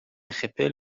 خپل